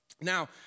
Now